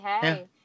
hey